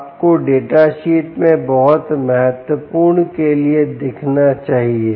आपको data sheet में बहुत महत्वपूर्ण के लिए दिखना चाहिए